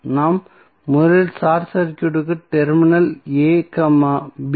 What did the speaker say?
நாம் முதலில் ஷார்ட் சர்க்யூட்க்கு டெர்மினல் a b